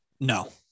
No